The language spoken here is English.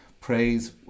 praise